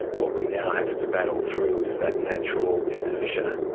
what we now have to battle through is that natural inertia.